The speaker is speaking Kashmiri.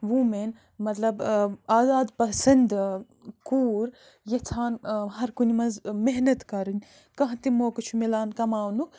ووٗمٮ۪ن مطلب آزاد پَسنٛد کوٗر یَژھان ہر کُنہِ منٛز محنت کَرٕنۍ کانٛہہ تہِ موقعہٕ چھُ ملان کَماونُک